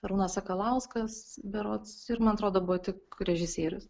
arūnas sakalauskas berods ir man atrodo buvo tik režisierius